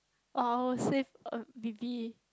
oh I would save uh maybe